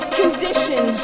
condition